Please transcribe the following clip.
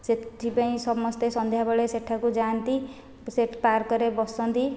ସେଥିପାଇଁ ସମସ୍ତେ ସନ୍ଧ୍ୟାବେଳେ ସେଠାକୁ ଯାଆନ୍ତି ସେ ପାର୍କରେ ବସନ୍ତି